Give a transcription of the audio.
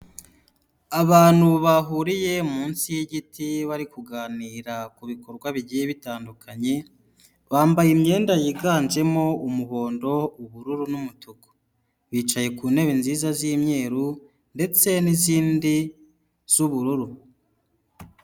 Abantu bahuriye munsi y'igiti bari kuganira ku bikorwa bigiye bitandukanye, bambaye imyenda yiganjemo umuhondo, ubururu n'umutuku. Bicaye ku ntebe nziza z'imyeru ndetse n'izindi z'ubururu.